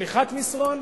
לשליחת מסרון,